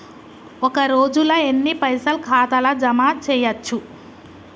ఒక రోజుల ఎన్ని పైసల్ ఖాతా ల జమ చేయచ్చు?